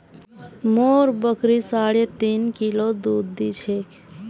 मोर बकरी साढ़े तीन किलो दूध दी छेक